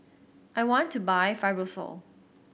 I want to buy Fibrosol